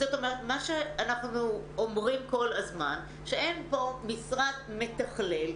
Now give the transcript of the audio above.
זאת אומרת שמה שאנחנו אומרים כל הזמן זה שאין פה משרד מתכלל.